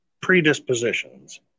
Predispositions